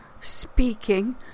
speaking